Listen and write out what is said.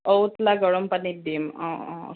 অও উতলা গৰম পানীত দিম অঁ অঁ